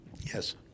Yes